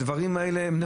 הדברים האלה נכונים.